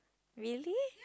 really